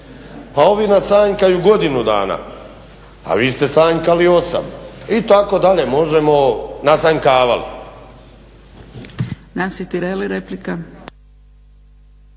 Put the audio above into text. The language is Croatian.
pa ovi nas sanjkaju godinu dana, vi ste sanjkali 8 itd. možemo nasanjkavali.